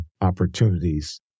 opportunities